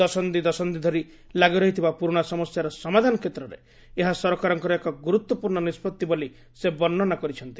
ଦଶନ୍ଧି ଦଶନ୍ଧି ଧରି ଲାଗିରହିଥିବା ପୁରୁଣା ସମସ୍ୟାର ସମାଧାନ କ୍ଷେତ୍ରରେ ଏହା ସରକାରଙ୍କର ଏକ ଗୁରୁତ୍ୱପୂର୍ଣ୍ଣ ନିଷ୍ପଭି ବୋଲି ସେ ବର୍ଷନା କରିଛନ୍ତି